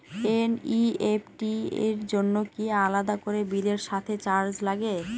NEFT র জন্য কি আলাদা করে বিলের সাথে চার্জ লাগে?